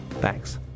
Thanks